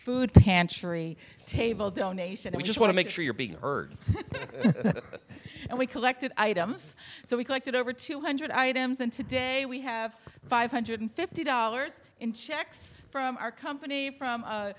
food pantry table donation we just want to make sure you're being heard and we collected items so we collected over two hundred items and today we have five hundred fifty dollars in checks from our company from